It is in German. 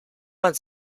man